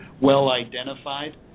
well-identified